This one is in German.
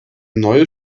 neue